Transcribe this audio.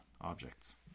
objects